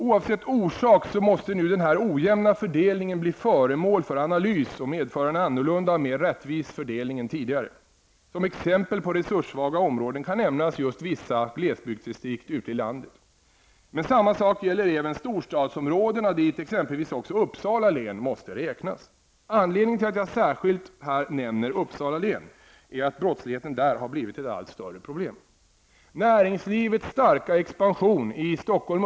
Oavsett orsak måste nu denna ojämna fördelning bli föremål för analys och medföra en annorlunda och mer rättvis fördelning än tidigare. Som exempel på resurssvaga områden kan nämnas vissa glesbygdsdistrikt ute i landet. Men samma sak gäller även storstadsområdena, dit exempelvis också Uppsala län måste räknas. Anledningen till att jag här särskilt nämner Uppsala län är att brottsligheten där blivit ett allt större problem.